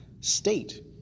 state